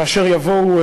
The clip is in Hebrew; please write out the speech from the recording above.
כאשר יבואו,